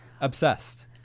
Obsessed